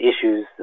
issues